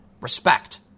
Respect